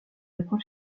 apprend